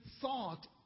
thought